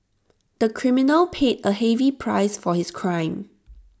the criminal paid A heavy price for his crime